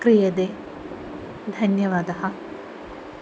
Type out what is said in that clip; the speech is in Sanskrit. क्रियते धन्यवादः